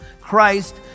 Christ